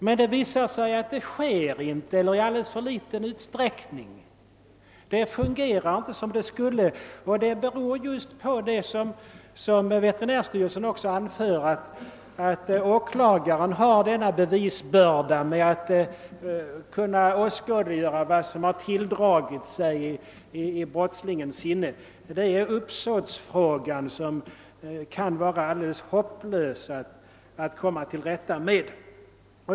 Men det har ju visat sig att dylika brott åtalas i alldeles för liten utsträckning. Det hela fungerar inte som det skall. Och detta beror just på — vilket veterinärstyrelsen också framhållit — att bevisbördan ligger på åklagaren. Det är han som skall åskådliggöra vad som har tilldragit sig i brottslingens sinne, och uppsåtsfrågan kan vara alldeles hopplös att komma till rätta med.